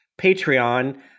patreon